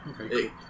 okay